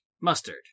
mustard